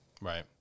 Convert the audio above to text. Right